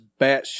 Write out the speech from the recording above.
batshit